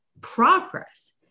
progress